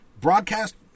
Broadcast